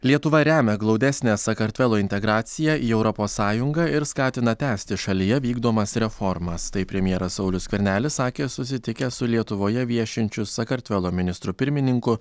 lietuva remia glaudesnę sakartvelo integracija į europos sąjungą ir skatina tęsti šalyje vykdomas reformas taip premjeras saulius skvernelis sakė susitikęs su lietuvoje viešinčiu sakartvelo ministru pirmininku